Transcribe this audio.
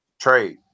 trade